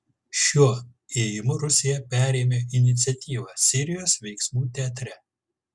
šiuo ėjimu rusija perėmė iniciatyvą sirijos veiksmų teatre